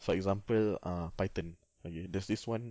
for example ah python err you kn~ there's this [one]